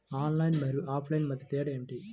Online మరియు offline మధ్య తేడా ఏమిటీ?